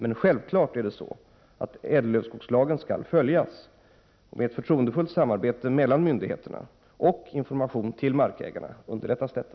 Men självfallet är det så, att ädellövskogslagen skall följas. Med ett förtroendefullt samarbete mellan myndigheterna och information till markägarna underlättas detta.